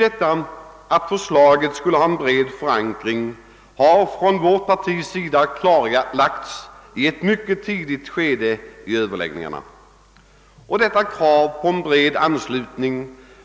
Detta att förslaget skulle ha en bred förankring har från vårt partis sida klarlagts under ett mycket tidigt skede av överläggningarna. Detta krav